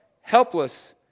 helpless